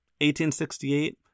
1868